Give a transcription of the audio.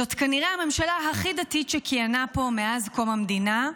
זאת כנראה הממשלה הכי דתית שכיהנה פה מאז קום המדינה.